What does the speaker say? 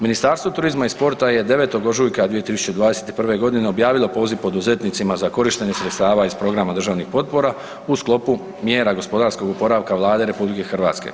Ministarstvo turizma i sporta je 9. ožujka 2021. g. objavilo poziv poduzetnicima za korištenje sredstava iz programa državnih potpora u sklopu mjera gospodarskog oporavka Vlade RH.